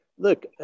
Look